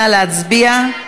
נא להצביע.